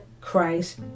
Christ